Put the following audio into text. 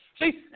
See